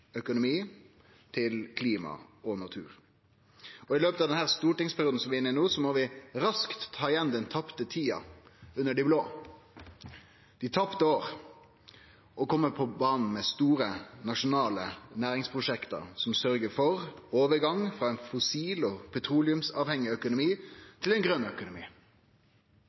økonomi til klima og natur. I løpet av denne stortingsperioden vi er inne i no, må vi raskt ta igjen den tapte tida under dei blå, dei tapte åra, og kome på banen med store, nasjonale næringsprosjekt som sørgjer for overgang frå ein fossil og petroleumsavhengig økonomi til ein grøn økonomi.